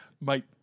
Mate